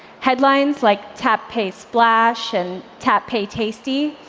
headlines like, tap. pay. splash, and, tap. pay. tasty,